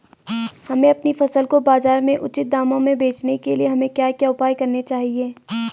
हमें अपनी फसल को बाज़ार में उचित दामों में बेचने के लिए हमें क्या क्या उपाय करने चाहिए?